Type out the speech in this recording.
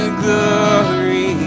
glory